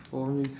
for me